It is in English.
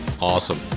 awesome